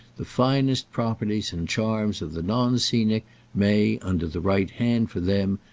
the finest proprieties and charms of the non-scenic may, under the right hand for them,